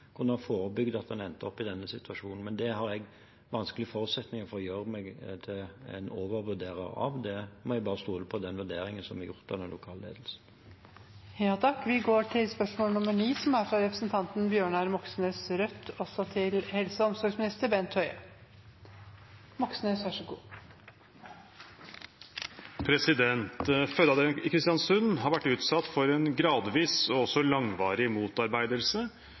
kunne ha forebygget at en endte opp i denne situasjonen. Men det har jeg vanskelige forutsetninger for å gjøre meg til en overvurderer av. Der må jeg bare stole på den vurderingen som er gjort av den lokale ledelsen. «Fødeavdelingen ved sykehuset i Kristiansund har vært utsatt for en gradvis og langvarig motarbeidelse. Imidlertid vedtok Stortinget i mai 2020 at regjeringen skal sørge for at fødeavdelingen i Kristiansund